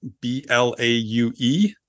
B-L-A-U-E